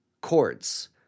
chords